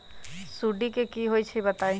सुडी क होई छई बताई?